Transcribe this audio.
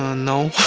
ah no.